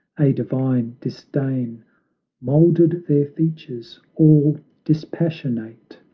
a divine disdain moulded their features all dispassionate,